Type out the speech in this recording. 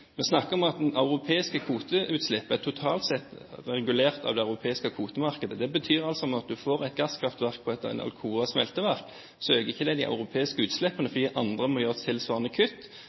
om at det europeiske kvoteutslippet totalt sett blir regulert av det europeiske kvotemarkedet. Det betyr altså at om en får et gasskraftverk på et av Alcoas smelteverk, øker ikke det de europeiske utslippene, fordi andre må gjøre tilsvarende kutt